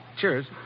cheers